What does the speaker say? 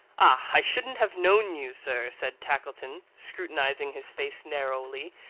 i shouldn't have known you, sir, said tackleton, scrutinising his face narrowly,